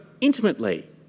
intimately